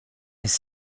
his